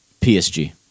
PSG